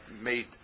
made